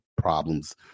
Problems